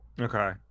okay